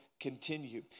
continue